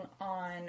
on